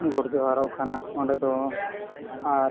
ᱜᱚᱰ ᱡᱚᱦᱟᱨᱚᱜ ᱠᱟᱱᱟ ᱚᱸᱰᱮ ᱫᱚ ᱟᱨ